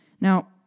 Now